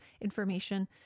information